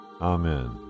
amen